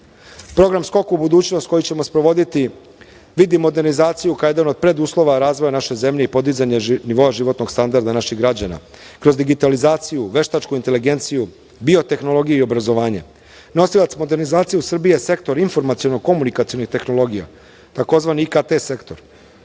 "Skok u budućnost", koji ćemo sprovoditi, vidi modernizaciju kao jedan od preduslova razvoja naše zemlje i podizanje nivoa životnog standarda naših građana kroz digitalizaciju, veštačku inteligenciju, biotehnologije i obrazovanje. Nosilac modernizacije u Srbiji je sektor informaciono-komunikacionih tehnologija, tzv. IKT sektor.